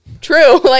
true